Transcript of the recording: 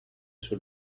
sul